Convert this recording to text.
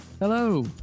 hello